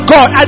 God